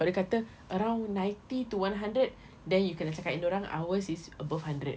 kalau dia kata around ninety to one hundred then you kena cakap dengan dorang ours is above hundred